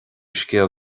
scéal